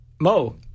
Mo